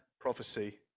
prophecy